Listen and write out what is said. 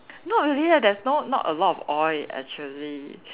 not really leh there's no not a lot of oil actually